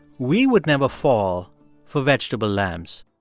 we would never fall for vegetable lambs